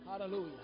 Hallelujah